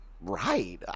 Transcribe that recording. right